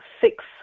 six